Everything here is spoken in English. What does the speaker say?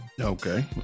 okay